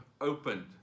opened